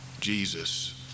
Jesus